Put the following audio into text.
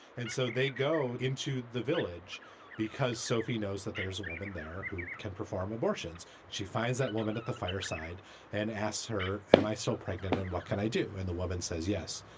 and so they go into the village because sophie knows that there is a woman there who can perform abortions. she finds that woman at the fireside and asks her, am i so pregnant? and what can i do? and the woman says, yes,